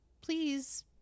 please